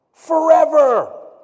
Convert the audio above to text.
Forever